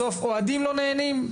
בסוף אוהדים לא נהנים,